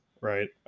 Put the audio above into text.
Right